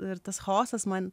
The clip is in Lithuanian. ir tas chaosas man